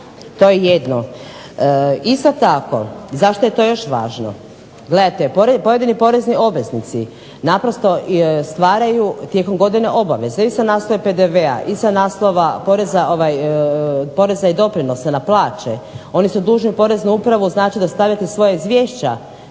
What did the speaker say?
To je jedno. Isto tako zašto je to još važno? Gledajte pojedini porezni obveznici naprosto stvaraju tijekom godine obveze ili sa naslova PDV-a i sa naslova poreza i doprinosa na plaće. Oni su dužni poreznu upravu znači dostaviti svoja izvješća.